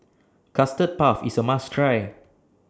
Custard Puff IS A must Try